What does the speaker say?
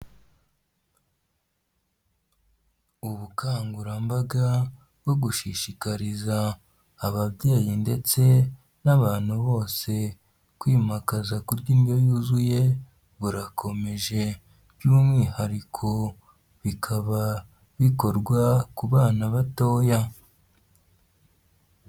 Ubukangurambaga bwo gushishikariza ababyeyi ndetse n'abantu bose kwimakaza kurya indyo yuzuye burakomeje, by'umwihariko bikaba bikorwa ku bana batoya.